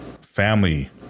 family